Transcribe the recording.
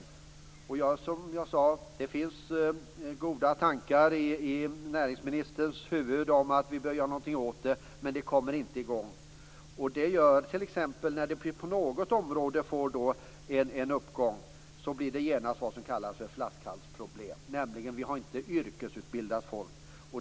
Som jag sade finns det goda tankar i näringsministerns huvud om att vi bör göra någonting åt detta, men det händer ingenting. Det gör att när det på något område blir en uppgång blir det genast vad som kallas för flaskhalsproblem. Det finns nämligen inte yrkesutbildat folk.